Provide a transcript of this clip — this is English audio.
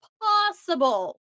possible